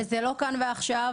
זה לא כאן ועכשיו.